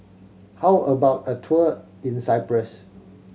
how about a tour in Cyprus